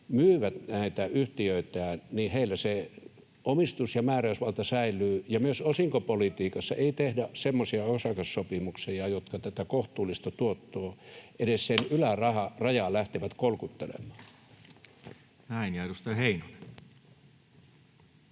myyvät näitä yhtiöitään, heillä se omistus ja määräysvalta säilyvät ja myöskään osinkopolitiikassa ei tehdä semmoisia osakassopimuksia, jotka tätä kohtuullista tuottoa, edes sen ylärajaa, lähtevät kolkuttelemaan. [Speech 81] Speaker: